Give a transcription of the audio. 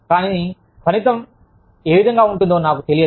కానీ ఫలితం ఎలా ఉంటుందో నాకు తెలియదు